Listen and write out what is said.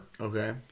Okay